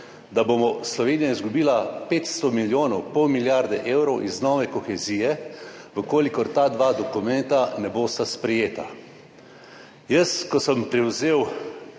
da bo Slovenija izgubila 500 milijonov, pol milijarde evrov iz nove kohezije, če ta dva dokumenta ne bosta sprejeta. Ko sem prevzel